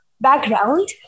background